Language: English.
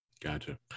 Gotcha